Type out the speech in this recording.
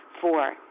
Four